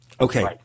okay